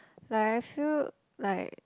like I feel like